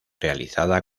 realizada